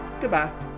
Goodbye